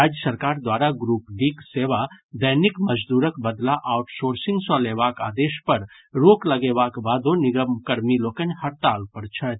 राज्य सरकार द्वारा ग्रुप डीक सेवा दैनिक मजदूरक बदला आउटसोर्सिंग सॅ लेबाक आदेश पर रोक लगेबाक बादो निगम कर्मी लोकनि हड़ताल पर छथि